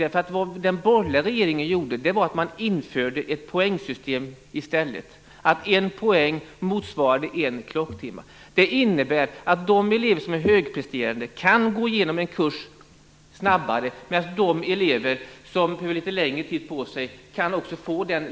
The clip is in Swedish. Den borgerliga regeringen införde i stället ett poängsystem, så att en poäng motsvarar en klocktimme. Det innebär att de elever som är högpresterande kan gå igenom en kurs snabbare, medan de elever som behöver litet längre tid på sig kan få den tiden.